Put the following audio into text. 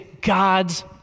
God's